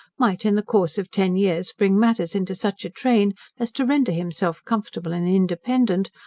might in the course of ten years bring matters into such a train as to render himself comfortable and independent,